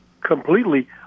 completely